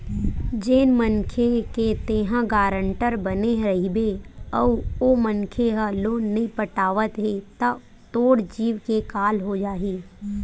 जेन मनखे के तेंहा गारेंटर बने रहिबे अउ ओ मनखे ह लोन नइ पटावत हे त तोर जींव के काल हो जाही